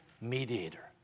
mediator